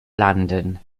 landen